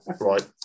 Right